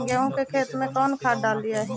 गेहुआ के खेतवा में कौन खदबा डालिए?